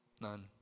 none